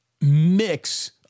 mix